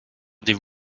des